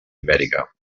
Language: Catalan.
ibèrica